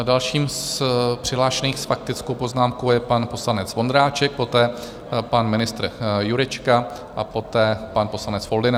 Dalším z přihlášených s faktickou poznámkou je pan poslanec Vondráček, poté pan ministr Jurečka a poté pan poslanec Foldyna.